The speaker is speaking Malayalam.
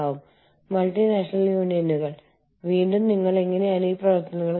ബഹുരാഷ്ട്ര സംരംഭങ്ങൾ എങ്ങനെ വികസിക്കുന്നു